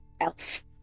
elf